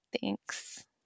Thanks